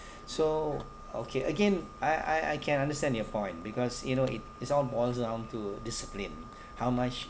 so okay again I I I can understand your point because you know it it's all boils down to discipline how much